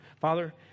Father